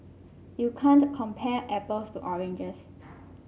you can't compare apples to oranges